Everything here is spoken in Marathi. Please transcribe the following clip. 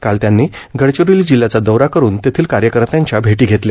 काल त्यांनी गडचिरोली जिल्ह्याचा दौरा करून तेथील कार्यकर्त्यांच्या भेटी घेतल्या